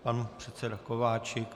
Pan předseda Kováčik.